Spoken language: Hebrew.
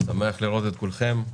שמח לראות את כולכם.